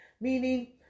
meaning